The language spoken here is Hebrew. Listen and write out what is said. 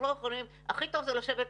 הכי טוב זה לשבת,